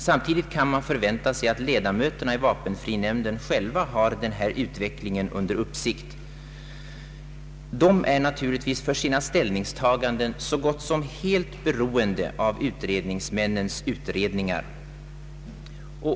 Samtidigt kan man förvänta sig att ledamöterna i vapenfrinämnden själva har utvecklingen under uppsikt. Ledamöterna i denna nämnd är för sina ställningstaganden självfallet så gott som helt beroende av utredningsmännens utredningar.